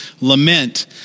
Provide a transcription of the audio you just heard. lament